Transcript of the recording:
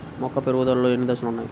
మొక్క పెరుగుదలలో ఎన్ని దశలు వున్నాయి?